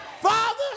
Father